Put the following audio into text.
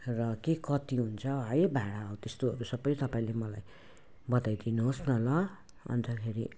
र के कति हुन्छ है भाडा त्यस्तोहरू सबै तपाईँले मलाई बताइदिनु होस् न ल अन्तखेरि